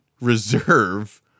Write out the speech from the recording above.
reserve